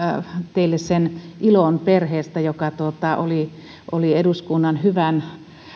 teille ilon perheestä joka oli oli eduskunnan hyvän